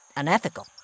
unethical